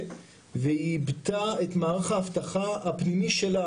והיא עיבתה את מערך האבטחה הפנימי שלה,